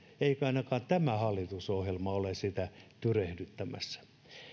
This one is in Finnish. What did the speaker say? eikä ainakaan tämä hallitusohjelma ole sitä tyrehdyttämässä